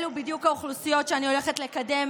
אלו בדיוק האוכלוסיות שאני הולכת לקדם